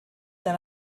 than